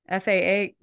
FAA